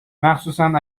مخصوصن